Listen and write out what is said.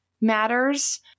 matters